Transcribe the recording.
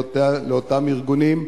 לאותם ארגונים,